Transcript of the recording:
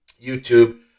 YouTube